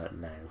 now